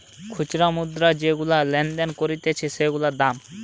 খুচরা মুদ্রা যেগুলা লেনদেন করতিছে সেগুলার দাম